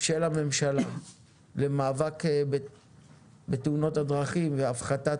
של הממשלה למאבק בתאונות הדרכים והפחתת